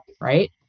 right